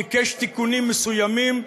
ביקש תיקונים מסוימים.